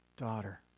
Daughter